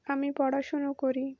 আমি পড়াশুনো করি